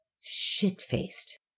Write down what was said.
shit-faced